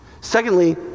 Secondly